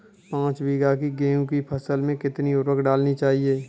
पाँच बीघा की गेहूँ की फसल में कितनी उर्वरक डालनी चाहिए?